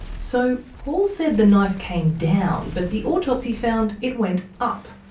so paul said the knife came down, but the autopsy found it went up.